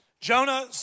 Jonah